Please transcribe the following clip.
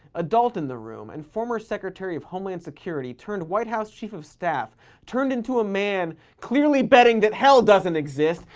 adult in the room and former secretary of homeland security turned into white house chief of staff turned into a man clearly betting that hell doesn't exist,